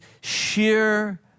sheer